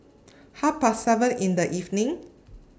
Half Past seven in The evening